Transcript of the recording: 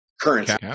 Currency